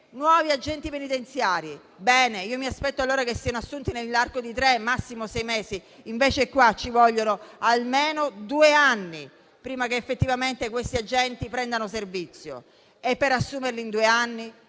nuovi agenti penitenziari. Bene: mi sarei aspettata allora che fossero assunti nell'arco di tre o sei mesi massimo, invece ci vorranno almeno due anni prima che effettivamente questi agenti prendano servizio. Per assumerli in due anni